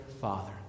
Father